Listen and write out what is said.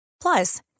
Plus